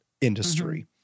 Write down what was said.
industry